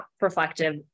reflective